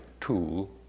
tool